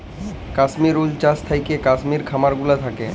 Kashmir wool চাস থাকেক কাশ্মির খামার গুলা থাক্যে